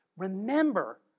Remember